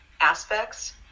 aspects